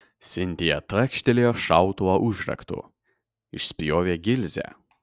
sintija trakštelėjo šautuvo užraktu išspjovė gilzę